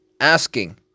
asking